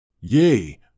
Yea